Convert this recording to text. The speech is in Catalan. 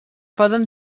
poden